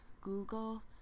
google